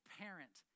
parent